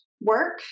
work